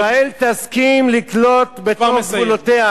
"ישראל תסכים לקלוט בתוך גבולותיה